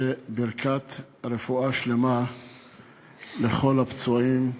וברכת רפואה שלמה לכל הפצועים.